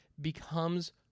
becomes